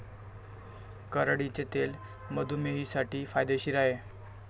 करडईचे तेल मधुमेहींसाठी फायदेशीर आहे